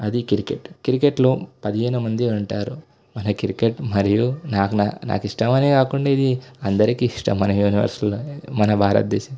అది క్రికెట్ క్రికెట్లో పదిహేను మంది ఉంటారు మన క్రికెట్ మరియు నాకు నాకు నాకు ఇష్టం అని కాకుండా ఇది అందకి ఇష్టం మన యూనివర్స్లో మన భారతదేశంలో